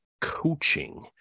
coaching